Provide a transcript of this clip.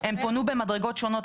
הם פונו במדרגות שונות,